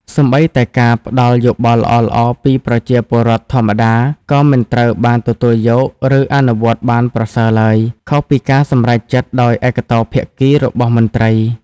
សូម្បីតែការផ្ដល់យោបល់ល្អៗពីប្រជាពលរដ្ឋធម្មតា ក៏មិនត្រូវបានទទួលយក ឬអនុវត្តបានប្រសើរឡើយ ខុសពីការសម្រេចចិត្តដោយឯកតោភាគីរបស់មន្ត្រី។